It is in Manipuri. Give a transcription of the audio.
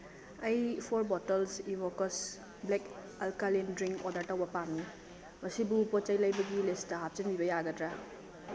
ꯑꯩ four bottles Evocus black alkaline drink order ꯇꯧꯕ ꯄꯥꯝꯃꯤ ꯃꯁꯤꯕꯨ ꯄꯣꯠ ꯆꯩ ꯂꯩꯕꯒꯤ ꯂꯤꯁꯇ ꯍꯥꯞꯆꯤꯟꯕꯤꯕ ꯌꯥꯒꯗ꯭ꯔꯥ